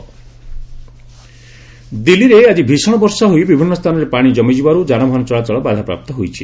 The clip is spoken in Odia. ଦିଲ୍ଲୀ ରେନ୍ସ ଦିଲ୍ଲୀରେ ଆଜି ଭିଷଣ ବର୍ଷା ହୋଇ ବିଭିନ୍ନ ସ୍ଥାନରେ ପାଣି ଜମିଯିବାରୁ ଯାନବାହନ ଚଳାଚଳ ବାଧାପ୍ରାପ୍ତ ହୋଇଛି